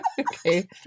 okay